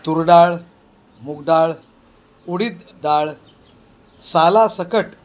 तूर डाळ मूग डाळ उडीद डाळ सालासकट